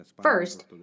First